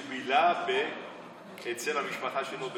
הוא בילה אצל המשפחה שלו במרוקו.